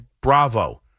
Bravo